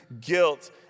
guilt